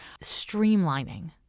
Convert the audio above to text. streamlining